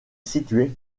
situé